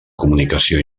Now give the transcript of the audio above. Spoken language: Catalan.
comunicació